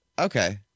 Okay